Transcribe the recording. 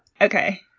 Okay